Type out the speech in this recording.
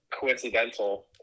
coincidental